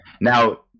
Now